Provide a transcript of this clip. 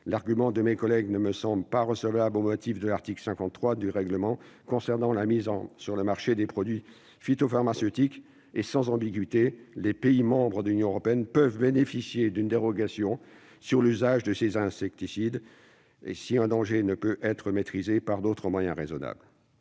l'argument de mes collègues ne me semble pas recevable, au motif que l'article 53 du règlement concernant la mise sur le marché des produits phytopharmaceutiques est sans ambiguïté : les pays membres de l'Union européenne peuvent bénéficier d'une dérogation pour ce qui concerne l'usage de ces insecticides « en raison d'un danger qui ne peut être maîtrisé par d'autres moyens raisonnables